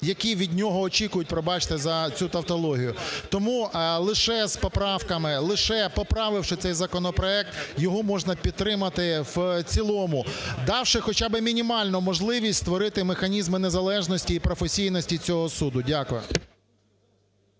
які від нього очікують, пробачте, за цю тавтологію. Тому лише з поправками, лише поправивши цей законопроект, його можна підтримати в цілому, давши хоча би мінімальну можливість створити механізми незалежності і професійності цього суду. Дякую.